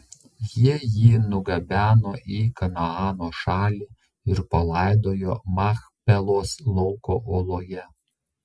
jie jį nugabeno į kanaano šalį ir palaidojo machpelos lauko oloje